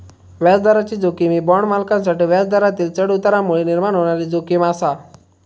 व्याजदराची जोखीम ही बाँड मालकांसाठी व्याजदरातील चढउतारांमुळे निर्माण होणारी जोखीम आसा